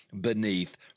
beneath